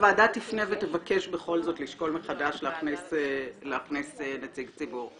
הוועדה תפנה ותבקש בכל זאת לשקול מחדש להכניס נציג ציבור.